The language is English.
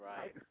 Right